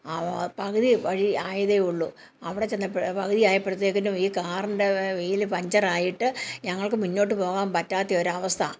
പകുതി വഴി ആയതേ ഉളളൂ അവിടെ ചെന്നപ്പോഴ് പകുതിയായപ്പോഴ്ത്തേക്കിനും ഈ കാറിൻ്റെ വീല് പഞ്ചറായിട്ട് ഞങ്ങൾക്ക് മുന്നോട്ട് പോവാൻ പറ്റാത്ത ഒരവസ്ഥ